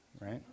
right